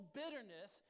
bitterness